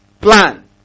plan